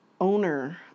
owner